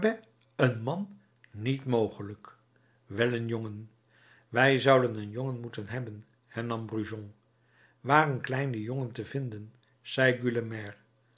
een man niet mogelijk wel een jongen wij zouden een jongen moeten hebben hernam brujon waar een kleinen jongen te vinden zei